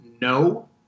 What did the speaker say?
no